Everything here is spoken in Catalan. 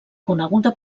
coneguda